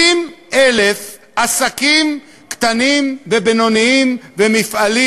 60,000 עסקים קטנים ובינוניים ומפעלים